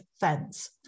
fence